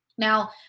Now